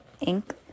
ink